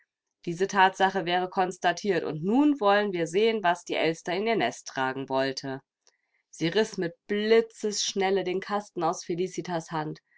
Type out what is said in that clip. diese thatsache wäre konstatiert und nun wollen wir sehen was die elster in ihr nest tragen wollte sie riß mit blitzesschnelle den kasten aus felicitas hand